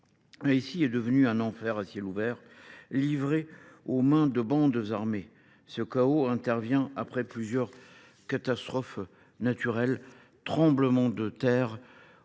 Haïti est devenu un enfer à ciel ouvert, livré aux mains de bandes armées. Ce chaos intervient après plusieurs catastrophes naturelles, tremblements de terre,